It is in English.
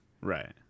Right